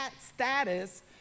status